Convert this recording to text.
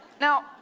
Now